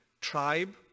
tribe